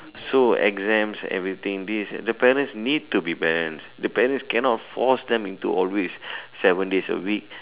so exams everything these the parents need to be the parents cannot force them into always seven days a week